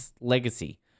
legacy